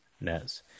Nez